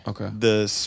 Okay